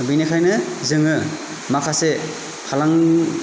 बिनिखायनो जोङो माखासे फालांगि